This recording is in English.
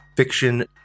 Fiction